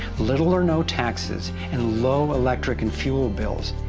little or no taxes, and low electric and fuel bills,